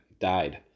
died